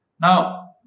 Now